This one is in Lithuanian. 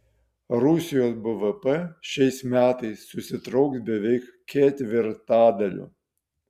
rusijos bvp šiais metais susitrauks beveik ketvirtadaliu